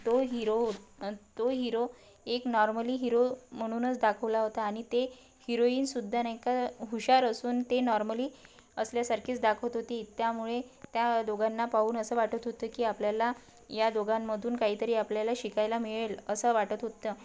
तो हिरो तो हिरो एक नॉर्मली हिरो म्हणूनच दाखवला होता आणि ते हिरोईनसुद्धा नाही का हुशार असून ते नॉर्मली असल्यासारखेच दाखवत होती त्यामुळे त्या दोघांना पाहून असं वाटत होतं की आपल्याला या दोघांमधून काहीतरी आपल्याला शिकायला मिळेल असं वाटत होतं